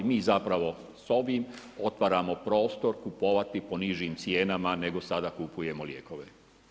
Mi zapravo s ovim otvaramo prostor kupovati po nižim cijenama nego sada kupujemo lijekove.